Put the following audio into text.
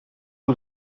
que